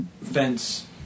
fence